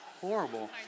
horrible